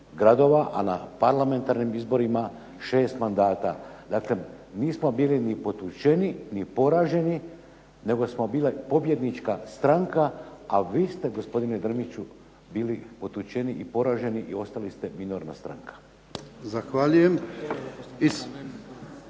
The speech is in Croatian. a na parlamentarnim izborima 6 mandata. Dakle, nismo bili ni potučeni, ni poraženi nego smo bili pobjednička stranka, a vi ste gospodine Drmiću bili potučeni i poraženi i ostali ste minorna stranka. **Jarnjak,